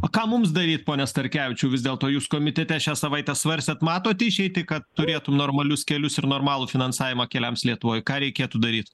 o ką mums daryt pone starkevičiau vis dėlto jus komitete šią savaitę svarstėt matot išeitį kad turėtų normalius kelius ir normalų finansavimą keliams lietuvoj ką reikėtų daryt